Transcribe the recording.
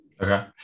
Okay